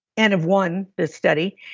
and of one this study,